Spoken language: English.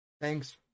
thanks